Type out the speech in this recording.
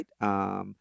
right